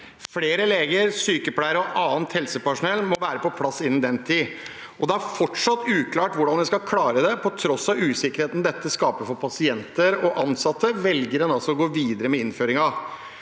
Flere leger, sykepleiere og annet helsepersonell må være på plass innen den tid, og det er fortsatt uklart hvordan en skal klare det. På tross av usikkerheten dette skaper for pasienter og ansatte, velger en å gå videre med innføringen.